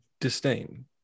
disdain